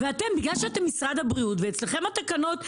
אתם משרד הבריאות והתקנות הן אצלכם.